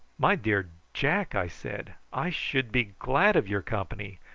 my dear jack, i said, i should be glad of your company,